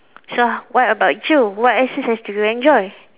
so what about you what exercises do you enjoy